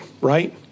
right